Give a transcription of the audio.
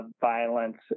violence